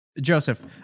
Joseph